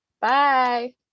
Bye